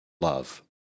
love